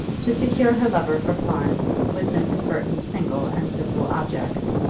to secure her lover for florence, was mrs. burton's single and simple object.